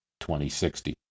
2060